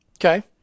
Okay